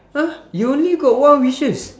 [huh] you only got one wishes